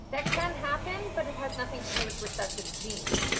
that can happen, but it has nothing to do with recessive genes.